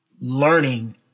learning